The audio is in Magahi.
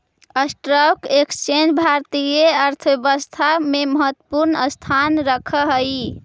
स्टॉक एक्सचेंज भारतीय अर्थव्यवस्था में महत्वपूर्ण स्थान रखऽ हई